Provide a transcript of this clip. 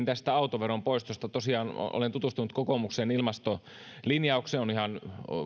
tästä autoveron poistosta tosiaan olen tutustunut kokoomuksen ilmastolinjaukseen se on